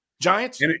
Giants